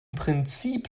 prinzip